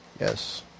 Yes